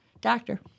doctor